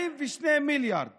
42 מיליארד